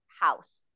house